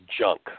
junk